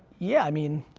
yeah, i mean,